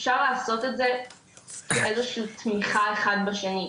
אפשר לעשות את זה איזשהו תמיכה אחד בשנה,